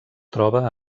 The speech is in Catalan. troba